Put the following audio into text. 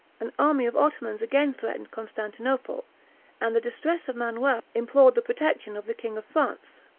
an army of ottomans again threatened constantinople and the distress of manuel implored the protection of the king of france.